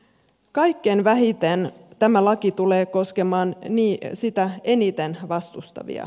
kaikkein vähiten tämä laki tulee koskemaan sitä eniten vastustavia